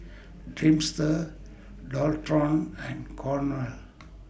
Dreamster Dualtron and Cornell